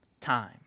time